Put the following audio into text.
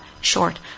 short